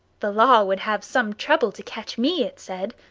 the law would have some trouble to catch me! it said.